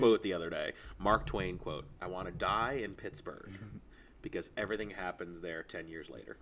quote the other day mark twain quote i want to die in pittsburgh because everything happens there ten years later